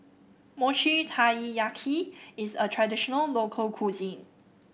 Mochi Taiyaki is a traditional local cuisine